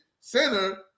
center